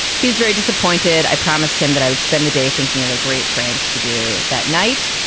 he's very disappointed. i promised him that i would spend the day thinking of a great prank to do that night.